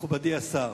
מכובדי השר,